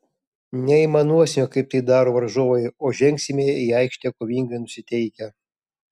neaimanuosime kaip tai daro varžovai o žengsime į aikštę kovingai nusiteikę